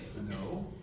No